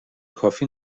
کافی